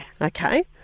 Okay